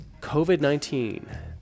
COVID-19